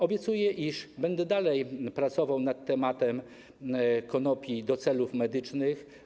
Obiecuję, iż będę dalej pracował nad tematem konopi do celów medycznych.